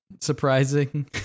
surprising